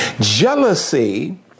Jealousy